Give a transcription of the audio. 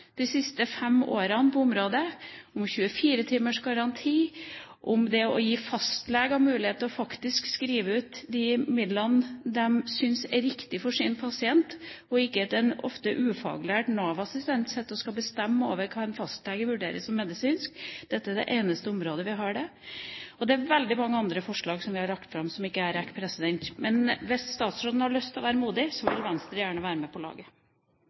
de siste fem åra – om 24 timers garanti, om det å gi fastleger mulighet til å skrive ut de midlene de syns er riktige for sin pasient, og ikke at en ofte ufaglært Nav-assistent sitter og skal bestemme over hva en fastlege vurderer som medisinsk. Dette er det eneste området der vi har det sånn. Det er veldig mange andre forslag som vi har lagt fram, som jeg ikke rekker her. Hvis statsråden har lyst til å være modig, vil Venstre gjerne være med på laget.